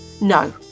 no